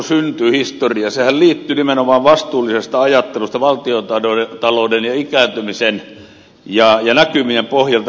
sehän liittyi nimenomaan vastuulliseen ajatteluun valtiontalouden ja ikääntymisen ja näkymien pohjalta